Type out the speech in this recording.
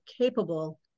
capable